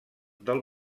del